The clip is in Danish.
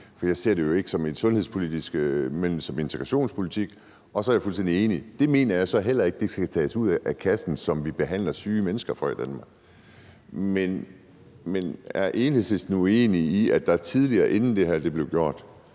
for jeg ser det jo ikke som sundhedspolitik, men som integrationspolitik. Og så er jeg fuldstændig enig – det mener jeg så heller ikke skal tages ud af kassen, vi behandler syge mennesker for i Danmark. Men er Enhedslisten uenig i, at der tidligere, inden det her blev gjort,